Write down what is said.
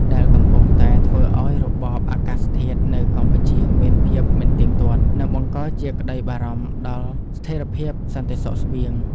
ដែលកំពុងតែធ្វើឱ្យរបបអាកាសធាតុនៅកម្ពុជាមានភាពមិនទៀងទាត់ និងបង្កជាក្តីបារម្ភដល់ស្ថិរភាពសន្តិសុខស្បៀង។